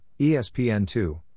ESPN2